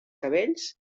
cabells